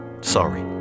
Sorry